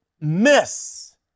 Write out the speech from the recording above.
miss